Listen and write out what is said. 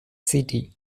city